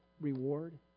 reward